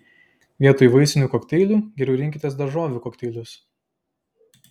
vietoj vaisinių kokteilių geriau rinkitės daržovių kokteilius